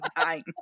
dying